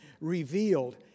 revealed